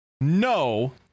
no